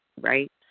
right